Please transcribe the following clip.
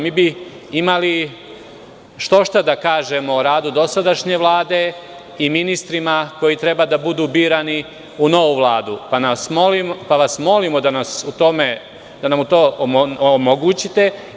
Mi bi imali štošta da kažemo o radu dosadašnje Vlade i o ministrima koji treba da budu birani u novu Vladu, pa vas molim da nam to omogućite.